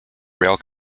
rail